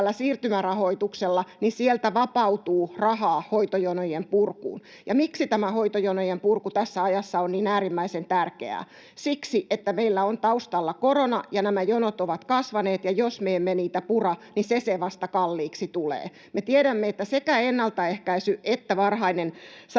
siirtymärahoituksella, niin sieltä vapautuu rahaa hoitojonojen purkuun. Ja miksi tämä hoitojonojen purku tässä ajassa on niin äärimmäisen tärkeää? Siksi, että meillä on taustalla korona ja nämä jonot ovat kasvaneet, ja jos me emme niitä pura, niin se se vasta kalliiksi tulee. Me tiedämme, että sekä ennaltaehkäisy että varhainen